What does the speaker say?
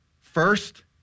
first